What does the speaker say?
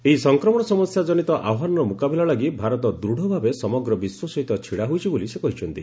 ଏହି ସଂକ୍ମଣ ସମସ୍ୟା ଜନିତ ଆହ୍ନାନର ମୁକାବିଲା ଲାଗି ଭାରତ ଦୂଢ଼ ଭାବେ ସମଗ୍ର ବିଶ୍ୱ ସହିତ ଛିଡ଼ା ହୋଇଛି ବୋଲି ସେ କହିଛନ୍ତି